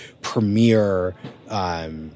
premier